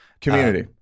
Community